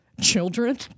children